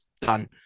done